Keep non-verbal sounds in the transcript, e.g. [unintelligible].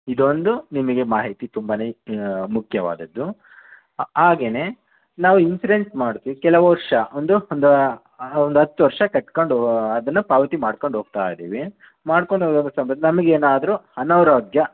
ಇದೊಂದು ನಿಮಗೆ ಮಾಹಿತಿ ತುಂಬ ಮುಖ್ಯವಾದದ್ದು ಹಾಗೆನೆ ನಾವು ಇನ್ಸುರೆನ್ಸ್ ಮಾಡ್ತೀವಿ ಕೆಲವು ವರ್ಷ ಒಂದು ಒಂದು ಒಂದು ಹತ್ತು ವರ್ಷ ಕಟ್ಕೊಂಡು ಅದನ್ನು ಪಾವತಿ ಮಾಡ್ಕಂಡು ಹೋಗ್ತಾ ಇದೀವಿ ಮಾಡ್ಕೊಂಡು [unintelligible] ನಮ್ಗೆ ಏನಾದರೂ ಅನಾರೋಗ್ಯ